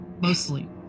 mostly